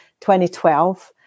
2012